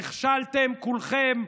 נכשלתם כולכם,